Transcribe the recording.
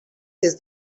des